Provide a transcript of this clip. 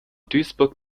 duisburg